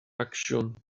acsiwn